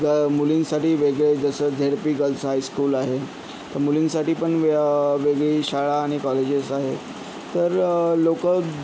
मुलींसाठी वेगळं जसं झेड पी गर्ल्स हायस्कूल आहे मुलींसाठीपण व वेगळी शाळा आणि कॉलेजेस आहे तर लोक